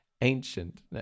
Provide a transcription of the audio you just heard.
Ancient